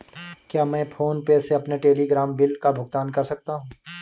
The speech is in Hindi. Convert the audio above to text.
क्या मैं फोन पे से अपने टेलीफोन बिल का भुगतान कर सकता हूँ?